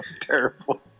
Terrible